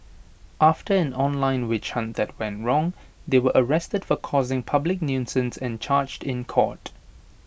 after an online witch hunt that went wrong they were arrested for causing public nuisance and charged in court